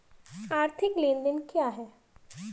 आर्थिक लेनदेन क्या है?